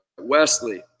Wesley